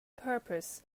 purpose